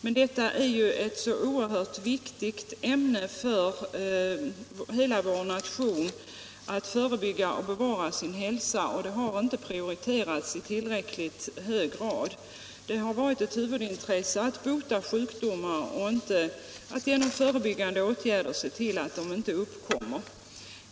Men detta är ju ett så oerhört viktigt ämne för hela vår nation, att förebygga sjukdom och att bevara sin hälsa, och det har inte prioriterats i tillräckligt hög grad. Det har varit ett huvudintresse att bota sjukdomar och inte att genom förebyggande åtgärder se till att de inte uppkommer.